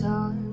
on